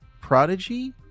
Prodigy